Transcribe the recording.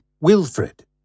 Wilfred